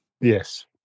Yes